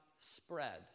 spread